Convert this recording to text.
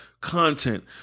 content